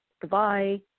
goodbye